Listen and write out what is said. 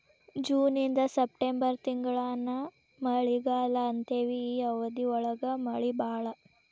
June ಇಂದ September ತಿಂಗಳಾನ ಮಳಿಗಾಲಾ ಅಂತೆವಿ ಈ ಅವಧಿ ಒಳಗ ಮಳಿ ಬಾಳ